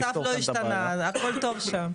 המצב לא השתנה, הכל טוב שם.